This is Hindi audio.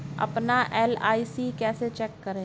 अपना एल.आई.सी कैसे चेक करें?